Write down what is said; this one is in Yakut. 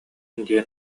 диэн